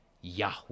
Yahweh